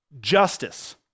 justice